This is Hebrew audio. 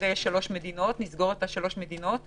שלוש מדינות, ואמרנו שנסגור את שלוש המדינות וזהו.